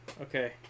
Okay